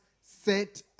set